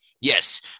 Yes